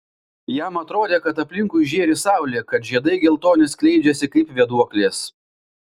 jam atrodė kad aplinkui žėri saulė kad žiedai geltoni skleidžiasi kaip vėduoklės